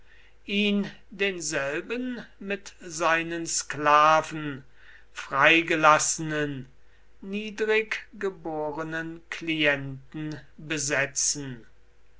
ihn denselben mit seinen sklaven freigelassenen niedrig geborenen klienten besetzen